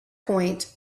point